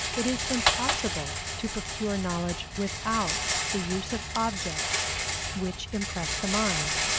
it is impossible to procure knowledge without the use of objects which impress the mind.